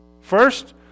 First